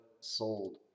sold